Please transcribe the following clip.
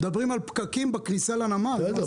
מדברים על פקקים בכניסה לנמל -- בסדר,